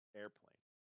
airplane